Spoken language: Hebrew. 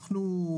אנחנו,